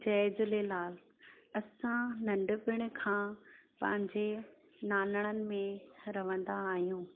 जय झूलेलाल असां नंढपण खां पंहिंजे नानणनि में रवंदा आहियूं